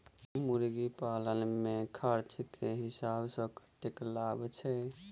मुर्गी पालन मे खर्च केँ हिसाब सऽ कतेक लाभ छैय?